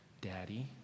Daddy